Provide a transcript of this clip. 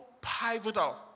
pivotal